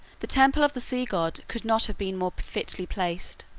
the temple of the sea-god could not have been more fitly placed,